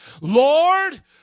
Lord